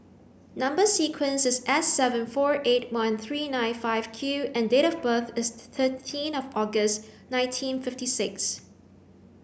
number sequence is S seven four eight one three nine five Q and date of birth is thirteen August nineteen fifty six